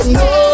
no